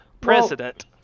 president